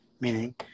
Meaning